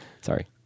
Sorry